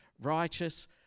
righteous